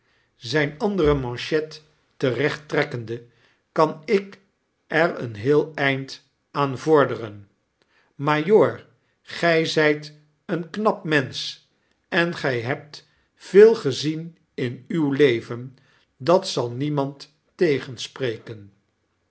zjn andere manchet terecht trekkende kan ik er een heel eind aan vorderen majoor gy zijt een knap mensch en g j hebt veel gezien in uw leven dat zal niemand tegenspreken